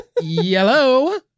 Yellow